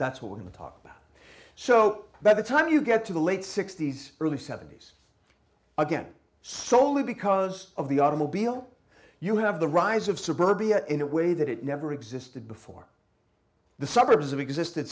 that's what we're going to talk about so by the time you get to the late sixty's early seventy's again slowly because of the automobile you have the rise of suburbia in a way that it never existed before the suburbs have existe